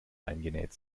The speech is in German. eingenäht